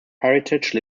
heritage